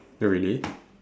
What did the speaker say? really